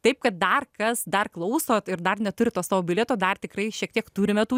taip kad dar kas dar klausot ir dar neturit to savo bilieto dar tikrai šiek tiek turime tų